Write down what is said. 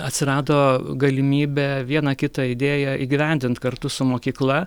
atsirado galimybė vieną kitą idėją įgyvendint kartu su mokykla